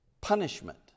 Punishment